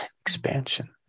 expansion